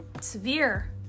severe